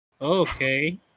Okay